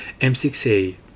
m6a